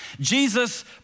Jesus